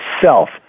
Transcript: self